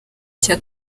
cya